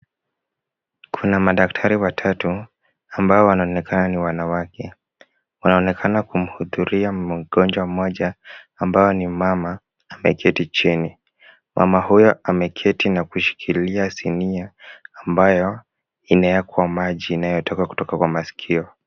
Kuna madaktari watatu ambao wanaonekana ni wanawake. Wanaonekana kumhudhuria mgonjwa mmoja ambao ni mama ameketi chini, mama huyo ameketi na kushikilia sinia ambayo inaekwa maji inayotoka kutoka kwa maskio.